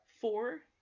Four